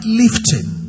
lifting